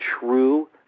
true